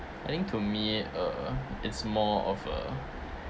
I think to me uh it's more of a